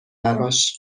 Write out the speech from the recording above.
براش